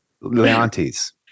Leontes